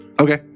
Okay